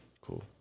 cool